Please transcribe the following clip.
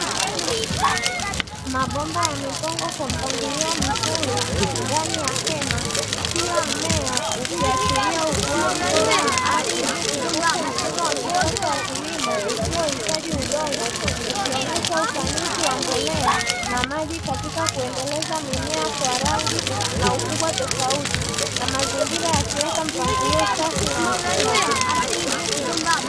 Mabomba yamepangwa kwa mpangilio mzuri ndani ya hema, kila mmea ukiashiria ukuaji bora na afya, huku mfumo wa kisasa wa kilimo usiohitaji udongo ukionyesha ufanisi wa mbolea na maji katika kuendeleza mimea kwa rangi na ukubwa tofauti, na mazingira yakiweka mpangilio safi na wa kisasa.